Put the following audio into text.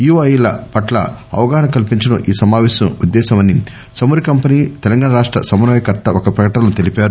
EOI పట్ల అవగాహన కల్సించడం ఈ సమాపేశం ఉద్దేశ్వమని చమురు కంపెనీ తెలంగాణ రాష్ట సమన్నయ కర్త ఒక ప్రకటనలో తెలిపారు